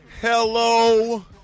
Hello